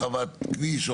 הרחבת כביש,